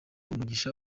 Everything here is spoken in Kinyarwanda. umugisha